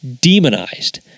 demonized